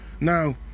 Now